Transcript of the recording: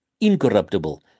incorruptible